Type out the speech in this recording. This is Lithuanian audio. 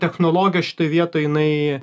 technologas šitoj vietoj jinai